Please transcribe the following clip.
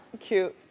cute.